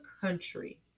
country